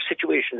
situation